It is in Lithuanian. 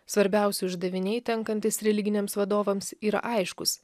svarbiausi uždaviniai tenkantys religiniams vadovams yra aiškūs